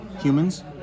humans